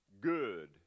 good